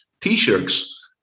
T-shirts